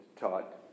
taught